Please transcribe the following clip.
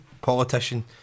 politician